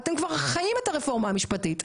אתם כבר חיים את הרפורמה המשפטית,